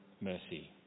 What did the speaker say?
mercy